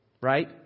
Right